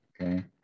Okay